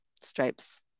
stripes